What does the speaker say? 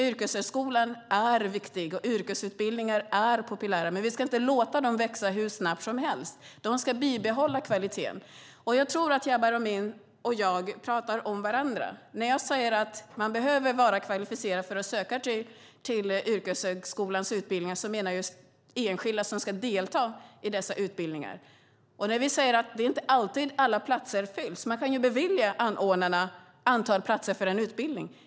Yrkeshögskolan är viktig och yrkesutbildningar är populära, men vi ska inte låta dem växa hur snabbt som helst. De ska bibehålla kvaliteten. Jag tror att Jabar Amin och jag pratar förbi varandra. När jag säger att man behöver vara kvalificerad för att söka till yrkeshögskolans utbildningar menar jag just enskilda som ska delta i dessa utbildningar. Det är inte alltid alla platser fylls. Man kan bevilja anordnarna ett antal platser för en utbildning.